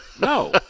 No